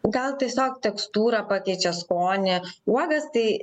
gal tiesiog tekstūrą pakeičia skonį uogas tai